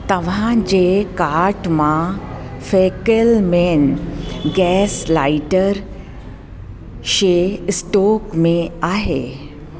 तव्हां जे काट मां फैकेलमेन गैस लाइटर शइ स्टोक में आहे